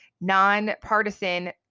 nonpartisan